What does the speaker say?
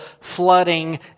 flooding